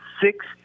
six